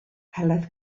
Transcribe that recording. heledd